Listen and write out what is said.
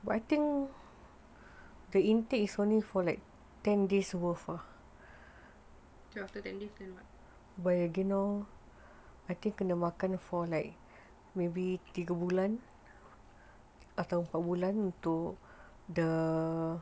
so after ten days cannot